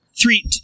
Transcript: Three